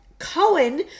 Cohen